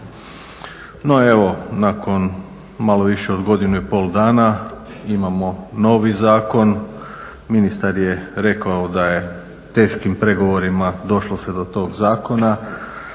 No evo, nakon malo više od godinu i pol dana imamo novi zakon, ministar je rekao da je teškim pregovorima došlo se do tog zakona.